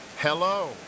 hello